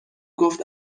گفت